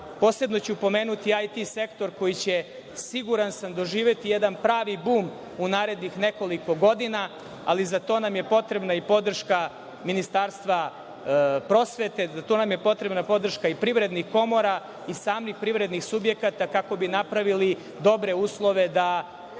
Posebno ću pomenuti IT sektor koji će siguran sam doživeti jedan pravi bum u narednih nekoliko godina ali za to nam je potrebna podrška Ministarstva prosvete, za to nam je potreban podrška i privrednih komora i samih privrednih subjekata kako bi napravili dobre uslove da